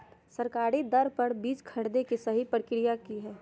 सरकारी दर पर बीज खरीदें के सही प्रक्रिया की हय?